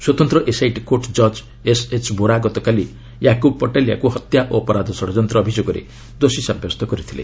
ସ୍ୱତନ୍ତ୍ର SIT court ଜଜ୍ SH Bora ଗତକାଲି ୟାକୁବ୍ ପଟାଲିଆକୁ ହତ୍ୟା ଓ ଅପରାଧ ଷଡ଼ଯନ୍ତ ଅଭିଯୋଗରେ ଦୋଷୀ ସାବ୍ୟସ୍ତ କରିଥିଲେ